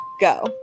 Go